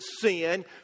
sin